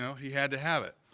so he had to have it,